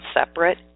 separate